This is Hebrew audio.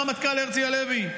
הרמטכ"ל הרצי הלוי,